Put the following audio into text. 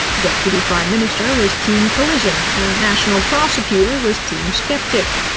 deputy prime minister was team collision, and national prosecutor was team skeptic.